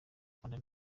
rwanda